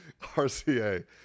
RCA